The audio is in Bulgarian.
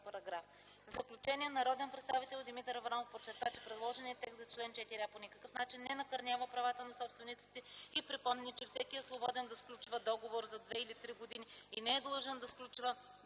параграф. В заключение, народния представител Димитър Аврамов подчерта, че предложеният текст за чл. 4а по никакъв начин не накърнява правата на собствениците и припомни, че всеки е свободен да сключва договор за две или три години и не е длъжен да сключва